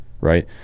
right